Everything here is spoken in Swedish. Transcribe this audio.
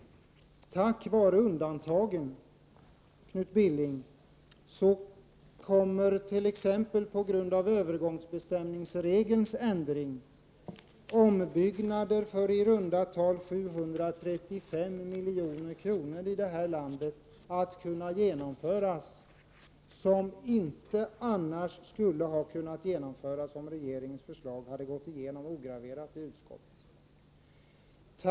öm Tack vare undantagen, Knut Billing, kommer bl.a. på grund av övergångsbestämmelseregelns ändring ombyggnader för i runda tal 735 milj.kr. att kunna genomföras här i landet — ombyggnader som inte skulle ha kunnat genomföras, om regeringens förslag hade gått igenom ograverat i utskottet.